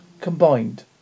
combined